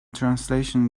translation